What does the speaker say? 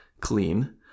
Clean